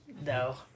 No